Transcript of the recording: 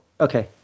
Okay